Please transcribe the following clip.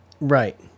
Right